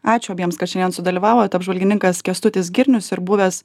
ačiū abiems kad šiandien sudalyvavot apžvalgininkas kęstutis girnius ir buvęs